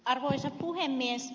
arvoisa puhemies